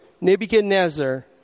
Nebuchadnezzar